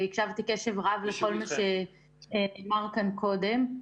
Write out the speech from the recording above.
והקשבתי קשב רב לכל מה שנאמר כאן קודם.